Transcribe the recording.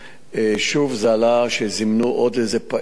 שוב עלה שזימנו איזה פעיל.